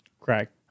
Correct